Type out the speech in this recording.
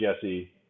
Jesse